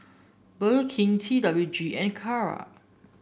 Burger King T W G and Kara